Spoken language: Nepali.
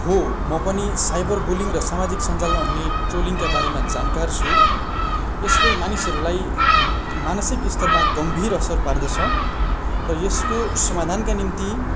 हो म पनि साइबर बुलिङ र सामाजिक सञ्जालमा हुने ट्रोलिङका बारेमा जानकार छु यसले मानिसहरूलाई मानसिक स्तरमा गम्भीर असर पार्दछ र यसको समाधानका निम्ति